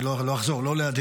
אני לא אחזור, לא להדהד,